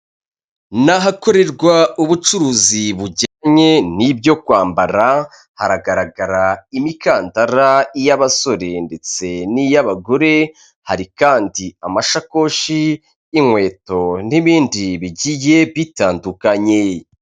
Ni ahakorerwa ubucuruzi bujyanye n'ibyo kwambara, haragaragara imikandara i y'abasore ndetse n'iy'abagore hari kandi amashakoshi, inkweto n'ibindi bigiye bitandukanye.